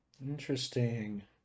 Interesting